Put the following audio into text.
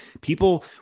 people